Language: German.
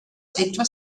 etwas